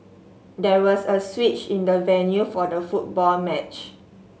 there was a switch in the venue for the football match